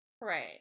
Right